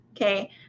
okay